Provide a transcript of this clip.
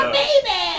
baby